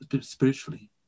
spiritually